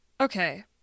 Okay